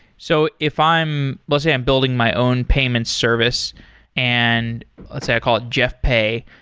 so if i'm let's say i'm building my own payment service and let's say i call it jeff pay,